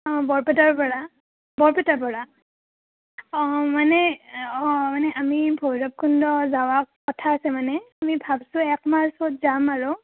অঁ বৰপেটাৰ পৰা বৰপেটাৰ পৰা অঁ মানে অঁ মানে আমি ভৈৰৱকুণ্ড যোৱা কথা আছে মানে আমি ভাবিছোঁ এক মাৰ্চত যাম আৰু